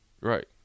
Right